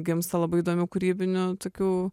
gimsta labai įdomių kūrybinių tokių